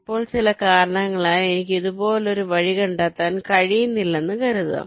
ഇപ്പോൾ ചില കാരണങ്ങളാൽ എനിക്ക് ഇതുപോലൊരു വഴി കണ്ടെത്താൻ കഴിയുന്നില്ലെന്ന് കരുതുക